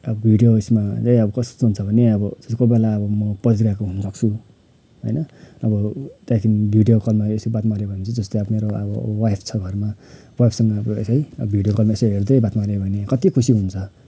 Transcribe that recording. अब भिडियो उइसमा चाहिँ अब कस्तो हुन्छ भने अब त्यस्तो कोहीबेला म बजार गएको हुन सक्छु होइन अब त्यहाँदेखिन भिडियो कलमा यसरी बात माऱ्यो भने चाहिँ जस्तै अब मेरो अब वाइफ छ घरमा वाइफसँग यसो है भिडियो कलमा यसो हेर्दै बात माऱ्यो भने कत्ति खुसी हुन्छ